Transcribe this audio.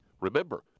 Remember